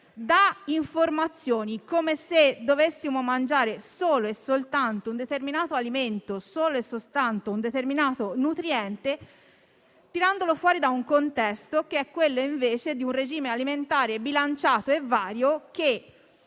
dà informazioni come se dovessimo mangiare solo e soltanto un determinato alimento, solo e soltanto un determinato nutriente, tirandolo fuori da un contesto che è quello, invece, di un regime alimentare bilanciato e vario, che